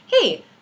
Hey